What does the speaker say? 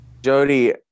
Jody